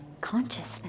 consciousness